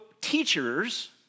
teachers